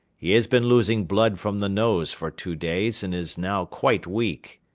he has been losing blood from the nose for two days and is now quite weak.